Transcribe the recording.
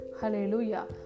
Hallelujah